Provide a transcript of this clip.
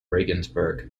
regensburg